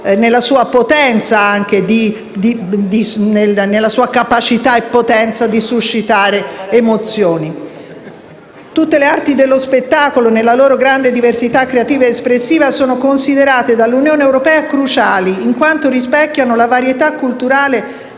nella sua capacità e potenza di suscitare emozioni. Tutte le arti dello spettacolo, nella loro grande diversità creativa ed espressiva, sono considerate dall'Unione europea cruciali, in quanto rispecchiano la varietà culturale